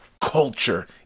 Culture